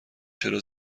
چرا